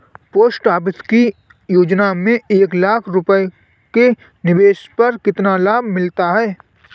Post office की योजना में एक लाख रूपए के निवेश पर कितना लाभ मिलता है?